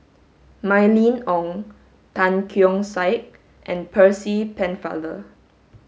Mylene Ong Tan Keong Saik and Percy Pennefather